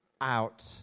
out